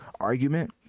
argument